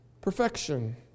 perfection